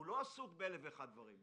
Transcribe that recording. הוא לא עסוק באלף ואחד דברים.